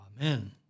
Amen